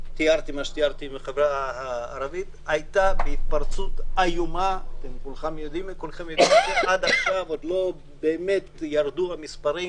החברה החרדית הייתה בהתפרצות איומה שעד עכשיו עוד לא ירדו המספרים